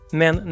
men